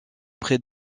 près